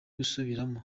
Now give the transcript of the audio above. gusubiramo